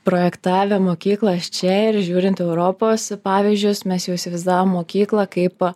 projektavę mokyklą iš čia ir žiūrint europos pavyzdžius mes jau įsivaizdavom mokyklą kaip